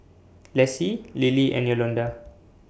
Lessie Lilie and Yolonda